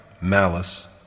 malice